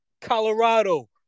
Colorado